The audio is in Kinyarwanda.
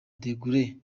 degaule